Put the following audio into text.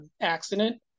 accident